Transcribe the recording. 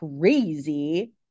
crazy